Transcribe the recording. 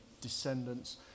descendants